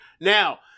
Now